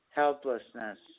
helplessness